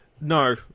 No